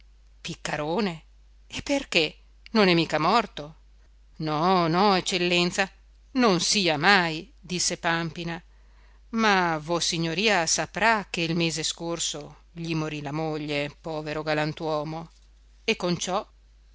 piccarone e perché non è mica morto no no eccellenza non sia mai disse pàmpina ma vossignoria saprà che il mese scorso gli morì la moglie povero galantuomo e con ciò